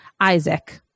Isaac